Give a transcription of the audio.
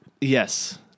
Yes